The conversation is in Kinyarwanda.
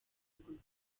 gusa